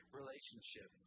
relationship